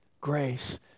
Grace